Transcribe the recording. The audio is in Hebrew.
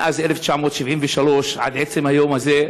מאז 1973 עד עצם היום הזה,